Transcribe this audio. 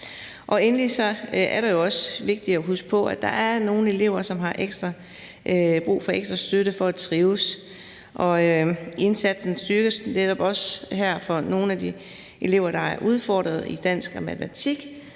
Endelig er det jo også vigtigt at huske på, at der er nogle elever, som har brug for ekstra støtte for at trives. Og indsatsen styrkes netop også her for nogle af de elever, der er udfordrede i dansk og matematik.